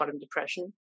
depression